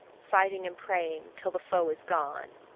fighting and praying till the foe is gone.